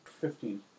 Fifteen